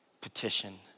petition